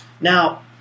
Now